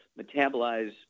metabolize